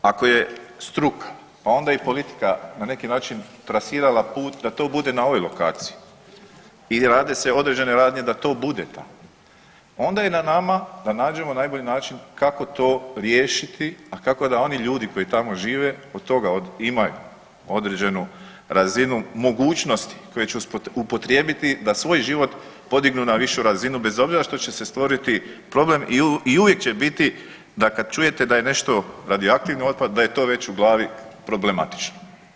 Ako struka pa onda i politika na neki način trasirala put da to bude na ovoj lokaciji i rade se određene radnje da to bude tamo, onda je na nama da nađemo najbolji način kako to riješiti, a kako da oni ljudi koji tamo žive od toga imaju određenu razinu mogućnosti koje će upotrijebiti da svoj život podignu na višu razinu bez obzira što će se stvoriti problem i uvijek će biti da kad čujete da je nešto radioaktivni otpad da je to već u glavi problematično.